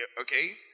okay